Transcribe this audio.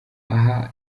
aha